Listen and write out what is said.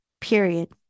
period